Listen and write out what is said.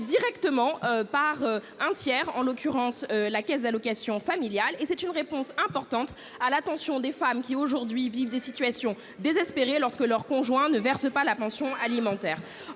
directement par un tiers, en l'occurrence la Caisse d'allocations familiales et c'est une réponse importante à l'attention des femmes qui, aujourd'hui, vivent des situations désespérées lorsque leur conjoint ne versent pas la pension alimentaire,